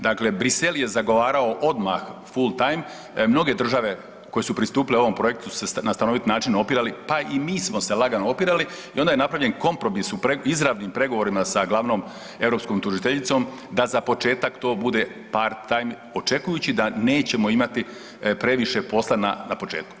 Dakle, Bruxelles je zagovarao odmah full time, mnoge države koje su pristupile ovom projektu na stanovit način opirali, pa i mi smo se lagano opirali i onda je napravljen kompromis u izravnim pregovorima sa glavnom europskom tužiteljicom, da za početak to bude part time, očekujući da nećemo imati previše posla na početku.